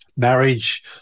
Marriage